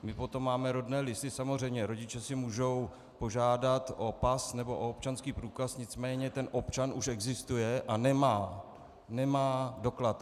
My potom máme rodné listy, samozřejmě, rodiče si mohou požádat o pas nebo o občanský průkaz, nicméně ten občan už existuje a nemá, nemá doklad.